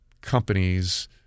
companies –